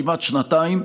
כמעט שנתיים.